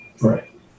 Right